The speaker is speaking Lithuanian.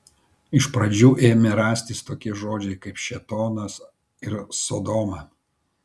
iš pradžių ėmė rastis tokie žodžiai kaip šėtonas ir sodoma